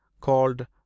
called